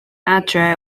adre